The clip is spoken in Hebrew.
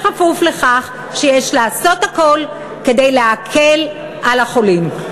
בכפוף לכך שיש לעשות הכול כדי להקל על החולים.